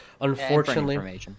Unfortunately